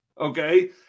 okay